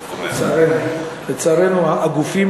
לצערנו, לצערנו הגופים